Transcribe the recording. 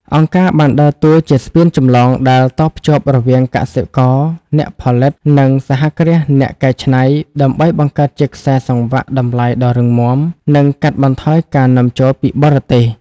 អង្គការបានដើរតួជាស្ពានចម្លងដែលតភ្ជាប់រវាង "កសិករអ្នកផលិត" និង "សហគ្រាសអ្នកកែច្នៃ" ដើម្បីបង្កើតជាខ្សែសង្វាក់តម្លៃដ៏រឹងមាំ និងកាត់បន្ថយការនាំចូលពីបរទេស។